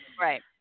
Right